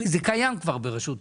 הרי זה קיים כבר ברשות המיסים,